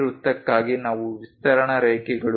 ಈ ವೃತ್ತಕ್ಕಾಗಿ ಇವು ವಿಸ್ತರಣಾ ರೇಖೆಗಳು